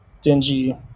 dingy